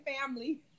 family